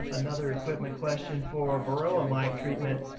another equipment question for varroa mite treatment.